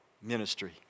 ministry